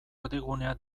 erdigunea